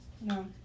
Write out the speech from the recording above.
No